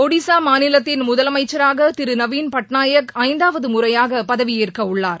ஒடிசா மாநிலத்தின் முதலமைச்சராக திரு நவீன் பட்நாயக் ஐந்தாவது முறையாக பதவியேற்க உள்ளார்